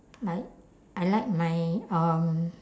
like I like my um